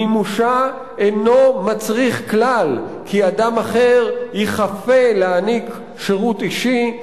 מימושה אינו מצריך כלל כי אדם אחר ייכפה להעניק שירות אישי,